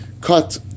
cut